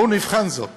בואו נבחן זאת